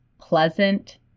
pleasant